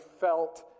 felt